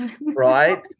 Right